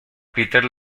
peter